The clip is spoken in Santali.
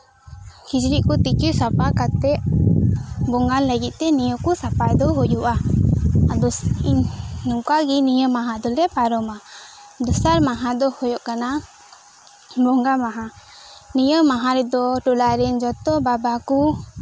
ᱠᱤᱪᱨᱤᱡ ᱠᱚ ᱛᱮᱠᱮ ᱥᱟᱯᱷᱟ ᱠᱟᱛᱮᱫ ᱵᱚᱸᱜᱟᱭ ᱞᱟᱹᱜᱤᱫ ᱛᱮ ᱱᱤᱭᱟᱹ ᱠᱚ ᱥᱟᱯᱷᱟᱭ ᱫᱚ ᱦᱩᱭᱩᱜᱼᱟ ᱟᱫᱚ ᱤᱧ ᱱᱚᱝᱠᱟ ᱜᱮ ᱱᱤᱭᱟᱹ ᱢᱟᱦᱟ ᱫᱚᱞᱮ ᱯᱟᱨᱚᱢᱟ ᱫᱚᱥᱟᱨ ᱢᱟᱦᱟ ᱫᱚ ᱦᱩᱭᱩᱜ ᱠᱟᱱᱟ ᱵᱚᱸᱜᱟ ᱢᱟᱦᱟ ᱱᱤᱭᱟ ᱢᱟᱦᱟ ᱨᱮᱫᱚ ᱴᱚᱞᱟ ᱨᱮᱱ ᱡᱚᱛᱚ ᱵᱟᱵᱟ ᱠᱚ